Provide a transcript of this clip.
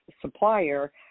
supplier